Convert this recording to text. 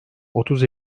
otuz